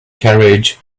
carriage